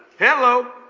Hello